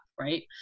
Right